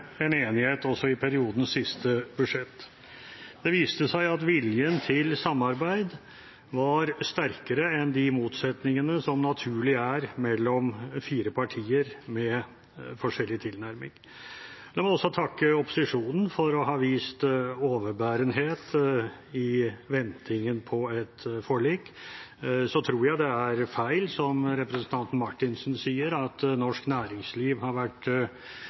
en enighet også i periodens siste budsjett. Det viste seg at viljen til samarbeid var sterkere enn de motsetningene som naturlig er mellom fire partier med forskjellig tilnærming. La meg også takke opposisjonen for å ha vist overbærenhet i ventingen på et forlik. Jeg tror det er feil, det representanten Marthinsen sier, at norsk næringsliv har vært